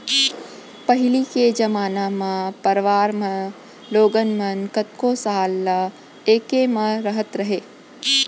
पहिली के जमाना म परवार म लोगन मन कतको साल ल एके म रहत रहें